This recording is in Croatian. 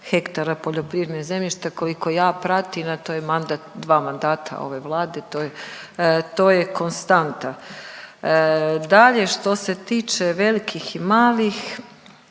i pol poljoprivrednog zemljišta koliko ja pratim, a to je dva mandata ove Vlade to je konstanta. Dalje, što se tiče velikih i malih,